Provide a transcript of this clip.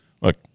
Look